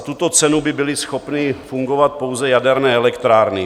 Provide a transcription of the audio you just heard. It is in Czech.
Za tuto cenu by byly schopny fungovat pouze jaderné elektrárny.